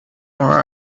more